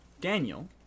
Daniel